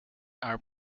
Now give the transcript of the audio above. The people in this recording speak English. are